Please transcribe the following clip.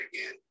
again